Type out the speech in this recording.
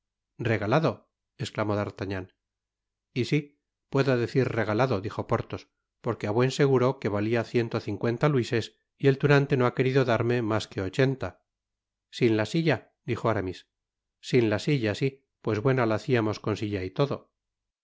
regalado esclamó d'artagnan si puedo decir regalado dijo porthos porque á buen seguro que valia ciento cincuenta luises y el tunante no ha querido darme mas que ochenta sin la silla dijo aramis sin la silla si pues buena la haciamos con la silla y todo